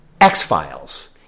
X-Files